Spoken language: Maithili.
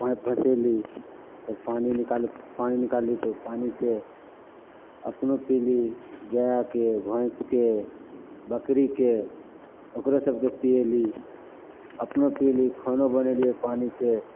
पाइप धसेली फेर पानि निकालब पानि निकालली तऽ उ पानिसँ अपनो पिली गायके भैंसके बकरीके ओकरो सबके पीयेली अपनो पिली खानो बनयली पानिसँ